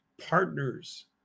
partners